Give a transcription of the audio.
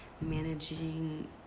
managing